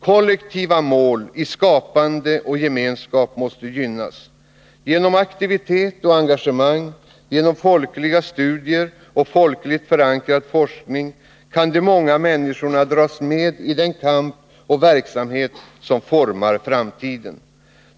Kollektiva mål i skapande och gemenskap måste gynnas. Genom aktivitet och engagemang, genom folkliga studier och folkligt förankrad forskning kan de många människorna dras med i den kamp och verksamhet som formar framtiden.